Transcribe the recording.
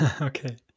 Okay